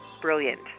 brilliant